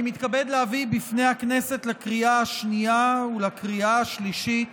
אני מתכבד להביא בפני הכנסת לקריאה השנייה ולקריאה השלישית